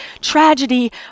tragedy